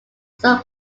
some